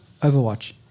Overwatch